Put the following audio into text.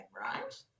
right